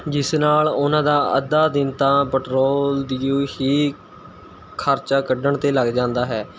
ਜਿਸ ਨਾਲ ਉਹਨਾਂ ਦਾ ਅੱਧਾ ਦਿਨ ਤਾਂ ਪੈਟਰੋਲ ਦੀ ਖਰਚਾ ਕੱਢਣ 'ਤੇ ਲੱਗ ਜਾਂਦਾ ਹੈ